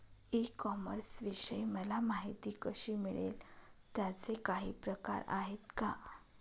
E कॉमर्सविषयी मला माहिती कशी मिळेल? त्याचे काही प्रकार आहेत का?